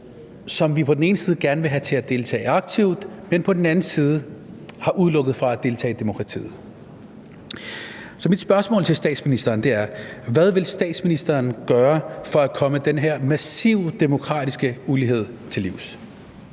som vi på den ene side gerne vil have til at deltage aktivt, men på den anden side har udelukket fra at deltage i demokratiet. Så mit spørgsmål til statsministeren er: Hvad vil statsministeren gøre for at komme den her massive demokratiske ulighed til livs?